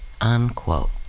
unquote